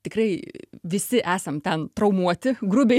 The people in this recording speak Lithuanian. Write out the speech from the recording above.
tikrai visi esam ten traumuoti grubiai